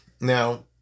Now